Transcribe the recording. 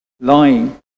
lying